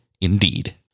indeed